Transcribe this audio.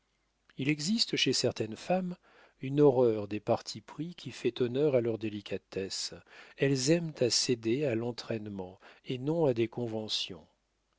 il existe chez certaines femmes une horreur des partis pris qui fait honneur à leur délicatesse elles aiment à céder à l'entraînement et non à des conventions